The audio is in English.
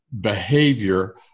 behavior